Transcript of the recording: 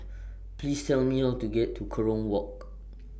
Please Tell Me How to get to Kerong Walk